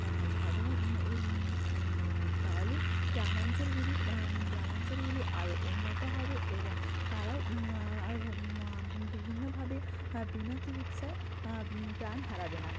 সাধারণ এ তাহলে গ্রামাঞ্চলগুলি গ্রামাঞ্চলগুলি আরও উন্নত হবে এবং তারাও আর বিভিন্নভাবে বিনা চিকিৎসায় প্রাণ হারাবে না